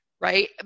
Right